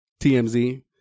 TMZ